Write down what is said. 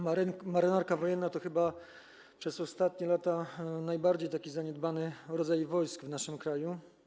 Marynarka Wojenna to chyba przez ostatnie lata najbardziej zaniedbany rodzaj wojsk w naszym kraju.